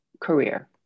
career